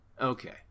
Okay